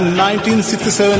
1967